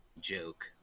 joke